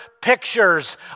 pictures